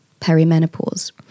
perimenopause